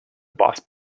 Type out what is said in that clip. boss